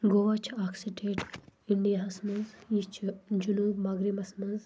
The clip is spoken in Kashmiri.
گووا چھِ اکھ سٹیٹ اِنڈیاہَس مَنٛز یہِ چھِ جنوب مَغرِبس مَنٛز